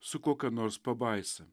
su kokia nors pabaisa